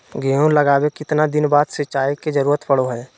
गेहूं लगावे के कितना दिन बाद सिंचाई के जरूरत पड़ो है?